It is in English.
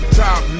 top